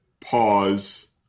pause